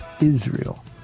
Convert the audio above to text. Israel